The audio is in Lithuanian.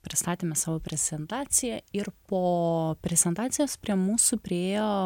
pristatėme savo prezentaciją ir po prezentacijos prie mūsų priėjo